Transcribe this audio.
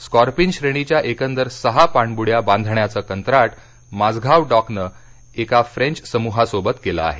Scorpene श्रेणीच्या एकंदर सहा पाणबुड्या बांधण्याचं कंत्राट माझगाव डॉकनं एका फ्रेंच समुहासोबत केलं आहे